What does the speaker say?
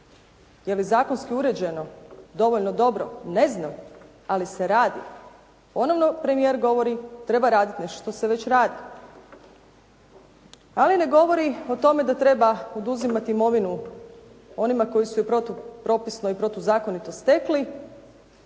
Je li zakonski uređeno dovoljno dobro? Ne znam, ali se radi. Ponovno premijer govori treba raditi nešto što se već radilo. Ali ne govori o tome da treba oduzimati imovinu onima koji su je protupropisno i protuzakonito stekli.